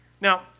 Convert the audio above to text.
Now